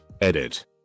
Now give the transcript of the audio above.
Edit